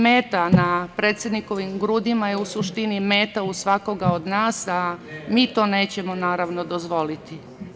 Meta na predsednikovim grudima je u suštini meta u svakoga od nas, a mi to nećemo dozvoliti.